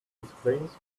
explains